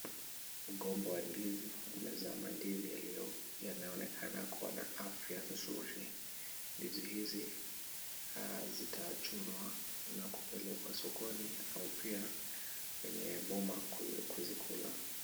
Mgomba wa ndizi umezaa mandizi yanaonekana kuwa na afya nzuri. Ndizi hizi zitachunwa na kupelekwa sokoni au pia kwenye boma kuzikula.